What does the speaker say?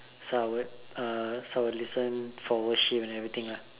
so I would uh so I would listen for worship and everything lah